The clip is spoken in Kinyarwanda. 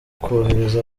kohereza